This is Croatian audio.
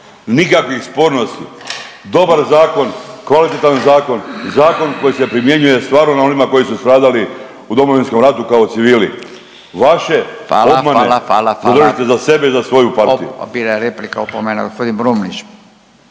nikakvih spornosti, dobar zakon, kvalitetan zakon, zakon koji se primjenjuje stvarno na onima koji su stradali u Domovinskom ratu kao civili. Vaše …/Upadica Radin: Hvala,